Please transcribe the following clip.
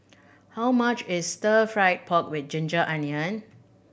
how much is stir fried pork with ginger onion